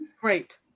Great